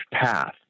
path